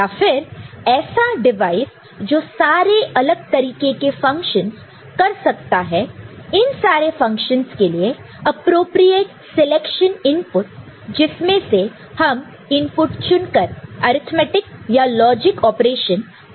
या फिर ऐसा डिवाइस जो सारे अलग तरीके के फंक्शनस कर सकता है इन सारे फंक्शनस के लिए एप्रोप्रियेट सिलेक्शन इनपुट जिसमें से हम इनपुट चुनकर अर्थमैटिक या लॉजिक ऑपरेशन करवा सकते हैं